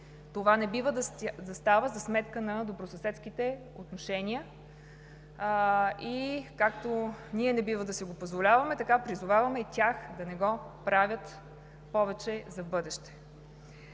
Това не бива да става за сметка на добросъседските отношения и както ние не бива да си го позволяваме, така призоваваме и тях да не го правят повече в бъдеще.